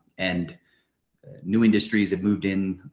and new industries have moved in,